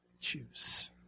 choose